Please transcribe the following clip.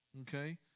Okay